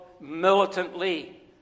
militantly